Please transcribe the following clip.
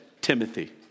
Timothy